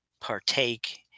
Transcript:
partake